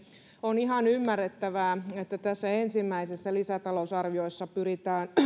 on ihan ymmärrettävää että tässä ensimmäisessä lisätalousarviossa pyritään